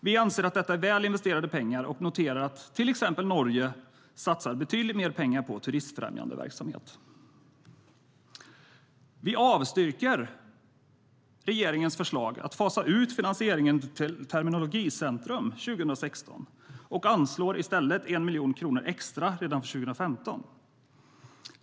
Vi anser att detta är väl investerade pengar och noterar att till exempel Norge satsar betydligt mer pengar på turismfrämjande verksamhet. Vi yrkar avslag på regeringens förslag att fasa ut finansieringen till Terminologicentrum 2016 och föreslår i stället att det anslås 1 miljon kronor extra redan för 2015.